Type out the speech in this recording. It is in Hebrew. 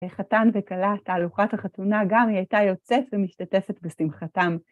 וחתן וכלה תהלוכת החתונה גם היא הייתה יוצאת ומשתתפת בשמחתם.